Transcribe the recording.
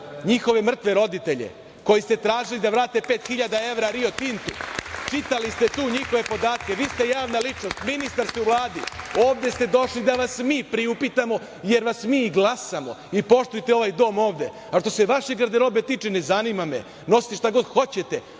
njihove mrtve roditelje, koji ste tražili da vrate 5.000 evra "Rio Tintu", čitali ste tu njihove podatke, vi ste javna ličnost, ministar u Vladi, ovde ste došli da vas mi priupitamo jer vas mi i glasamo i poštujte ovaj dom ovde. Što se vaše garderobe tiče, ne zanima me, nosite šta god hoćete,